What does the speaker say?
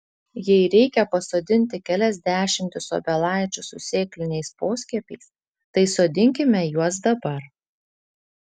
jei reikia pasodinti kelias dešimtis obelaičių su sėkliniais poskiepiais tai sodinkime juos dabar